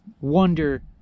wonder